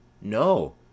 no